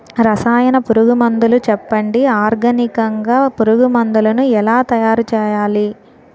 రసాయన పురుగు మందులు చెప్పండి? ఆర్గనికంగ పురుగు మందులను ఎలా తయారు చేయాలి?